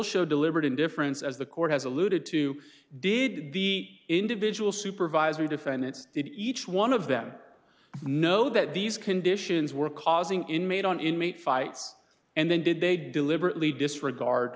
show deliberate indifference as the court has alluded to did the individual supervisory defendants each one of them know that these conditions were causing inmate on inmate fights and then did they deliberately disregard